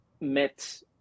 met